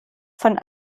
von